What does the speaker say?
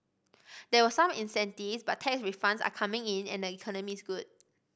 there were some incentives but tax refunds are coming in and the economy is good